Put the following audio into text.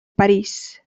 parís